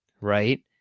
right